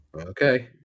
Okay